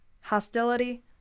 Hostility